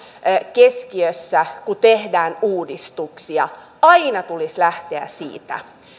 keskiössä kun tehdään uudistuksia aina tulisi lähteä siitä